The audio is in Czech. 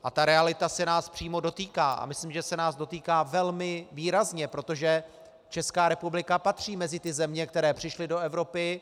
A ta realita se nás přímo dotýká a myslím, že se nás dotýká velmi výrazně, protože ČR patří mezi ty země, které přišly do Evropy.